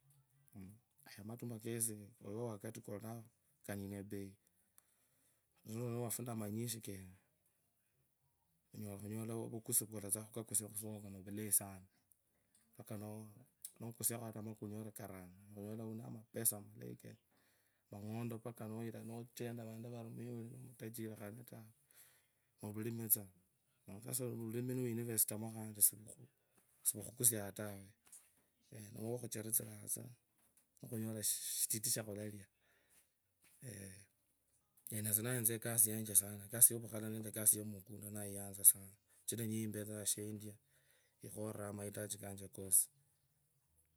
Ayasi matuma yiwo wakati yakolanga kaina ebeikhu niwasuna manyinji kene unyola khutsui khusoko vulayi sana nokusiakho makunia uri karanu urere namapesa malayi konoo mang’ondo mpaka nochenda vandu vari muya oyo nomutachiri khanee taa novulimi tsaa vulimi niwinivesta sivu khukusianga tawe niwo khuchentsa nikhunyola shititi shakhulenyanga esie ndayanza ekasi yunje sana sichiri niyo yikhoriranga shanenyanga yikhoriroaaa maitaji kanje kosi.